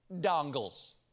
Dongles